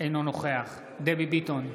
אינו נוכח דבי ביטון,